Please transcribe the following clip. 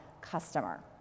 customer